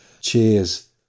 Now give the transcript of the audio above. Cheers